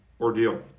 ordeal